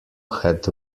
had